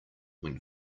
went